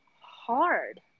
hard